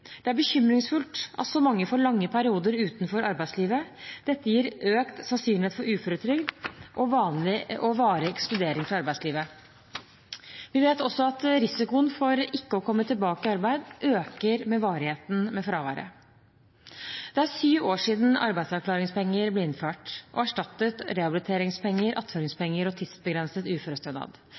Det er bekymringsfullt at så mange får lange perioder utenfor arbeidslivet. Dette gir økt sannsynlighet for uføretrygd og varig ekskludering fra arbeidslivet. Vi vet også at risikoen for ikke å komme tilbake i arbeid øker med varigheten av fraværet. Det er syv år siden arbeidsavklaringspenger ble innført og erstattet rehabiliteringspenger, attføringspenger og tidsbegrenset uførestønad.